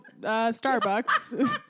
Starbucks